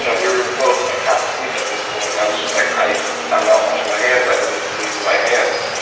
you know we were both, like, half-asleep at this point, and i was just like, i'm not washing my hands. i didn't sneeze in my hands.